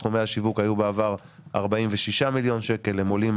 סכומי השיווק היו בעבר 46 מיליון שקלים והם עולים,